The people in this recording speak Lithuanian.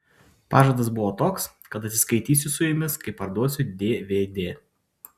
pažadas buvo toks kad atsiskaitysiu su jumis kai parduosiu dvd